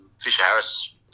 Fisher-Harris